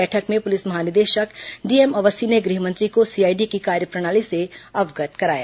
बैठक में पुलिस महानिदेशक डीएम अवस्थी ने गृह मंत्री को सीआईडी की कार्यप्रणाली से अवगत कराया